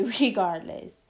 regardless